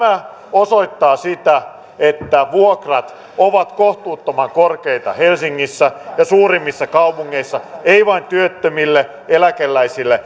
osoittaa sitä että vuokrat ovat kohtuuttoman korkeita helsingissä ja suurimmissa kaupungeissa ei vain työttömille eläkeläisille